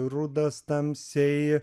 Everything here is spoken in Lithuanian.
rudas tamsiai